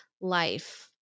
life